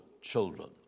children